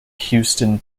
houston